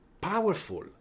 powerful